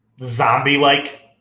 zombie-like